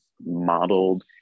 modeled